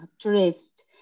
tourists